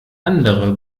andere